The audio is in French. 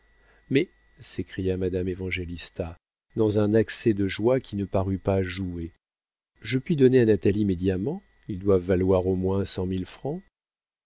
mais s'écria madame évangélista dans un accès de joie qui ne parut pas jouée je puis donner à natalie mes diamants ils doivent valoir au moins cent mille francs